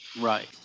Right